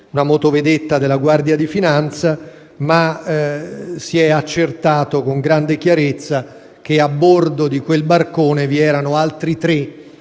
una motovedetta della Guardia di finanza, ma è stato accertato con grande chiarezza che a bordo di quel barcone vi erano altri tre